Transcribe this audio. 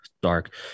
dark